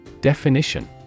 Definition